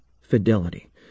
fidelity